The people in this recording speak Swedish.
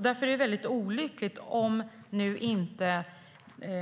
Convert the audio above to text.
Det är olyckligt om den